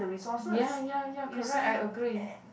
ya ya ya correct I agree